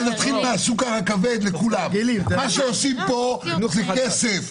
מה שעושים פה, לוקחים כסף.